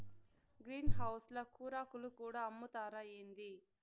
green house ల కూరాకులు కూడా అమ్ముతారా ఏంది